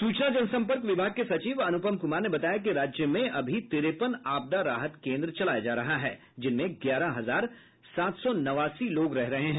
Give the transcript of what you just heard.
सूचना जनसंपर्क विभाग के सचिव अनुपम कुमार ने बताया कि राज्य में अभी तिरेपन आपदा राहत केन्द्र चलाया जा रहा है जिनमें ग्यारह हजार सात सौ नवासी लोग रहे हैं